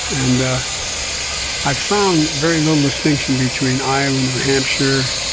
and i've found very little distinction between iowa, new hampshire,